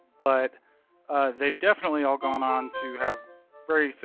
but they've definitely all gone on to have very, so